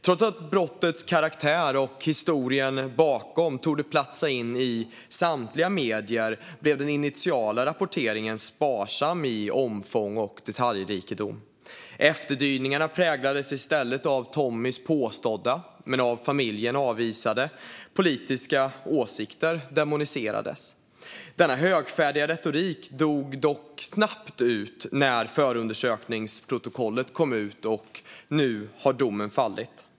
Trots att brottets karaktär och historien bakom torde platsa i samtliga medier blev den initiala rapporteringen sparsam i omfång och detaljrikedom. Efterdyningarna präglades i stället av att Tommies påstådda, men av familjen avvisade, politiska åsikter demoniserades. Denna högfärdiga retorik dog dock snabbt ut när förundersökningsprotokollet kom ut, och nu har dom fallit.